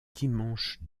dimanche